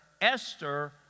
Esther